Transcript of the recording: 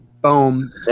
Boom